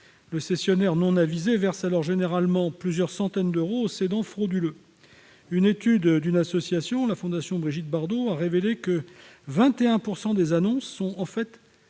Le cessionnaire non avisé verse alors généralement plusieurs centaines d'euros au cédant frauduleux. Une étude d'une association, la Fondation Brigitte Bardot, a révélé que 21 % des annonces sont en fait